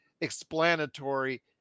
explanatory